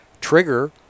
trigger